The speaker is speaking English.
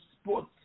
sports